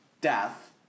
death